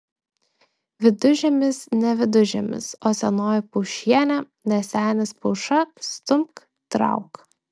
vidužiemis ne vidužiemis o senoji paušienė ne senis pauša stumk trauk